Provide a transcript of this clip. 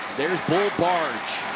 there's bo barge.